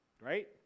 right